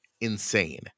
insane